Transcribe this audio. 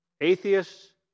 Atheists